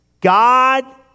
God